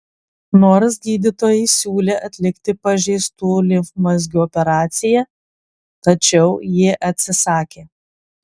nors gydytojai siūlė atlikti pažeistų limfmazgių operaciją tačiau ji atsisakė